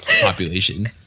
population